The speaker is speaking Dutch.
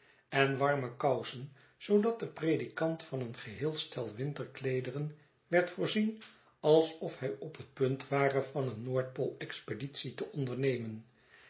en warme kousen zoodat de predikant van een geheel stel winterkleederen werd voorzien alsof hij op het punt ware van een noord pooi expeditie te ondernemen